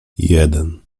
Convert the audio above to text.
jeden